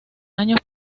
años